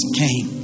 came